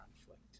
conflict